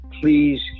please